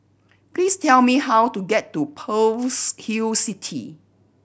please tell me how to get to Pearl's Hill City